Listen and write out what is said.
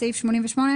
מספר היחידות.